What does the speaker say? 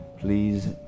Please